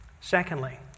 secondly